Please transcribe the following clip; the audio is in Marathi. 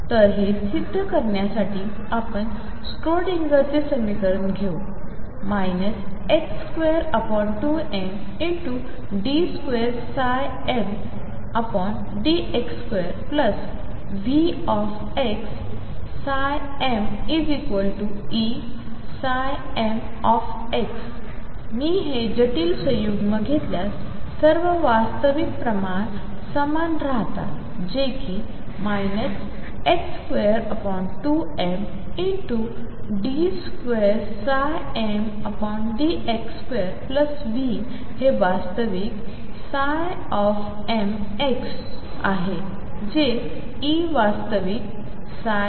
तर हे सिद्ध करण्यासाठी आपण स्क्रोडिंगर चे समीकरण घेऊ 22md2mdx2VxmEm मी जटिल संयुग्म घेतल्यास सर्व वास्तविक प्रमाण समान राहतात जे कि 22md2m dx2V हे वास्तविक mx आहे जसे E वास्तविक m